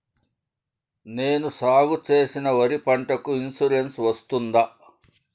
నేను సాగు చేసిన వరి పంటకు ఇన్సూరెన్సు వస్తుందా?